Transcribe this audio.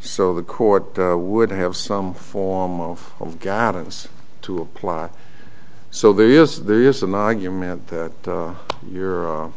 so the court would have some form of guidance to apply so there is there is an argument that you're you're lum